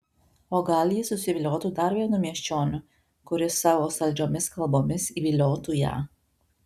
o gal ji susiviliotų dar vienu miesčioniu kuris savo saldžiomis kalbomis įviliotų ją